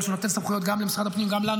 שנותן סמכויות גם למשרד הפנים וגם לנו.